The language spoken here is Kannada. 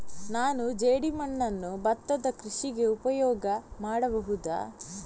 ನಾನು ಜೇಡಿಮಣ್ಣನ್ನು ಭತ್ತದ ಕೃಷಿಗೆ ಉಪಯೋಗ ಮಾಡಬಹುದಾ?